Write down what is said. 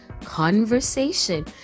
Conversation